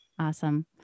Awesome